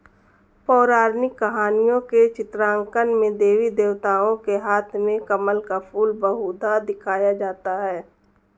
पौराणिक कहानियों के चित्रांकन में देवी देवताओं के हाथ में कमल का फूल बहुधा दिखाया जाता है